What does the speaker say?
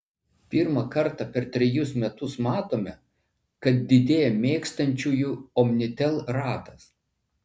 pirmą kartą per trejus metus matome kad didėja mėgstančiųjų omnitel ratas